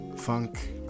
funk